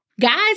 Guys